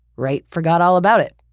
wright forgot all about it,